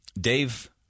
Dave